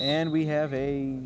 and we have a